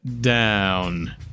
down